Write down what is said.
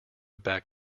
back